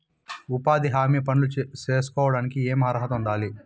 ఉపాధి హామీ పనులు సేసుకోవడానికి ఏమి అర్హత ఉండాలి?